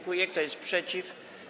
Kto jest przeciw?